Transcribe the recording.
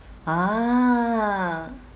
ah